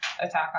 attack